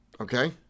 okay